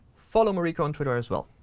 follow mariko on twitter as well.